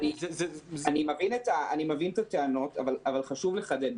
אני מבין את הטענות אבל חשוב לחדד.